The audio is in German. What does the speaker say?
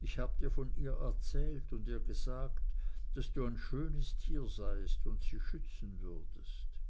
ich hab ihr von dir erzählt und ihr gesagt daß du ein schönes tier seist und sie schützen würdest